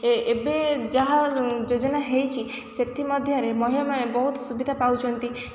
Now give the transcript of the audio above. ଏବେ ଯାହା ଯୋଜନା ହେଇଛି ସେଥିମଧ୍ୟରେ ମହିଳାମାନେ ବହୁତ୍ ସୁବିଧା ପାଉଛନ୍ତି